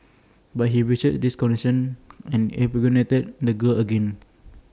but he breached this condition and impregnated the girl again